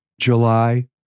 July